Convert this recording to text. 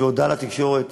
בשביל הודעה לתקשורת,